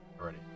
already